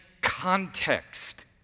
context